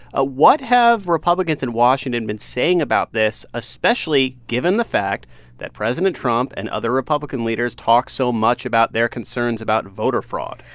ah what have republicans in washington been saying about this, especially given the fact that president trump and other republican leaders talk so much about their concerns about voter fraud?